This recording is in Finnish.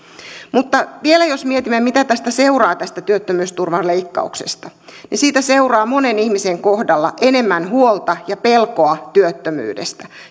mutta vielä jos mietimme mitä tästä työttömyysturvan leikkauksesta seuraa niin siitä seuraa monen ihmisen kohdalla enemmän huolta ja pelkoa työttömyydestä